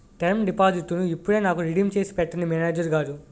term డిపాజిట్టును ఇప్పుడే నాకు రిడీమ్ చేసి పెట్టండి మేనేజరు గారు